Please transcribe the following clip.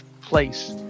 place